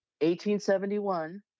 1871